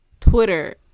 Twitter